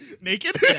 Naked